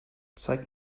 zeig